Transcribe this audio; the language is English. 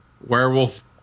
Werewolf